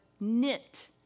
Knit